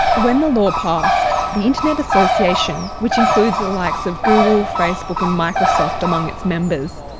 when the law passed, the internet association, which includes the likes of google, facebook and microsoft among its members,